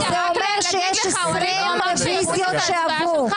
זה אומר שיש 20 רוויזיות שעברו.